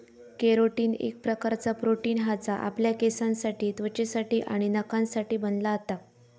carotene एक प्रकारचा protein हा जा आपल्या केसांसाठी त्वचेसाठी आणि नखांसाठी बनला जाता